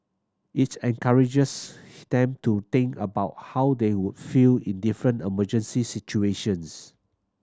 it encourages them to think about how they would feel in different emergency situations